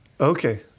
Okay